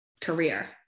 career